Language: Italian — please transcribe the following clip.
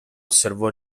osservò